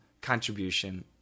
contribution